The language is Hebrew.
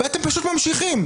ואתם פשוט ממשיכים.